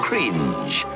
Cringe